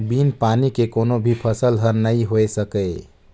बिन पानी के कोनो भी फसल हर नइ होए सकय